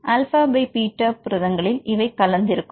alpha by beta புரதங்களில் இவை கலந்திருக்கும்